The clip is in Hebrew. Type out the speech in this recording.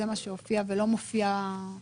היה פה פיצול.